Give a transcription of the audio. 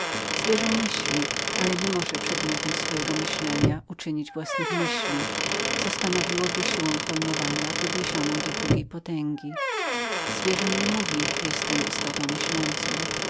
zwierzę myśli ale bynajmniej nie swoją myślą i to stanowi siłę pojętności podniesioną do drugiego stopnia zwierzę nie mówi jestem istotą myślącą